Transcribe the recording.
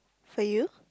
for you